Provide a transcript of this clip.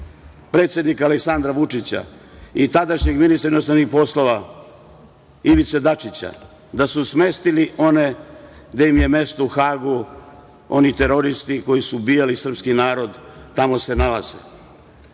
predsednika Aleksandra Vučića i tadašnjeg ministra inostranih poslova Ivice Dačića, da su smestili one gde im je mesto, u Hagu, oni teroristi koji su ubijali srpski narod, tamo se nalaze. Ko